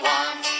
one